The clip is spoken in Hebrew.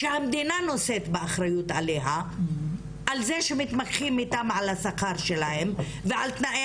שהמדינה נושאת באחריות עליו על זה שמתמקחים איתם על השכר שלהם ועל תנאי